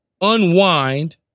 unwind